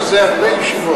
אנחנו נדון בזה הרבה ישיבות.